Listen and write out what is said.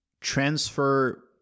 transfer